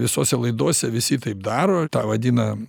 visose laidose visi taip daro tą vadina